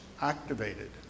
activated